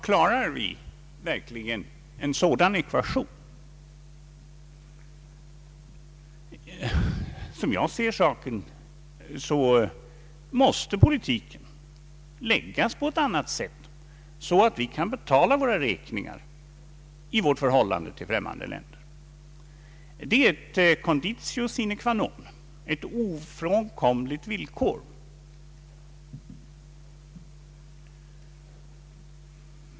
Klarar vi verkligen en sådan ekvation? Som jag ser saken, måste politiken läggas på ett annat sätt, så att vi kan betala våra räkningar i förhållande till främmande länder. Det är ett conditio sine qua non — ett ofrånkomligt villkor.